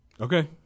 Okay